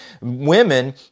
women